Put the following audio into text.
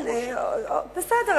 בסדר.